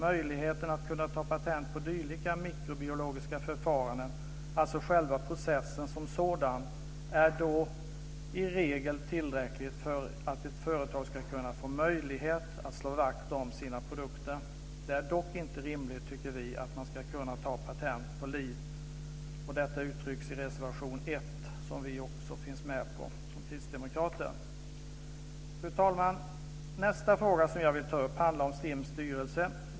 Möjligheten att kunna ta patent på dylika mikrobiologiska förfaranden, alltså själva processen som sådan, är då i regel tillräcklig för att ett företag ska kunna få möjlighet att slå vakt om sina produkter. Det är dock inte rimligt, tycker vi, att man ska kunna ta patent på liv. Detta uttrycks i reservation 1, som vi kristdemokrater också finns med på. Fru talman! Nästa fråga som jag vill ta upp handlar om STIM:s styrelse.